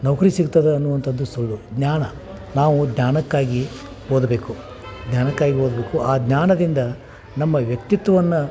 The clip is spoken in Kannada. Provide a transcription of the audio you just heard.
ನೌಕರಿ ಸಿಗ್ತದೆ ಅನ್ನುವಂಥದ್ದು ಸುಳ್ಳು ಜ್ಞಾನ ನಾವು ಜ್ಞಾನಕ್ಕಾಗಿ ಓದಬೇಕು ಜ್ಞಾನಕ್ಕಾಗಿ ಓದಬೇಕು ಆ ಜ್ಞಾನದಿಂದ ನಮ್ಮ ವ್ಯಕ್ತಿತ್ವನ್ನ